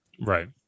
Right